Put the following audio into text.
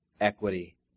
equity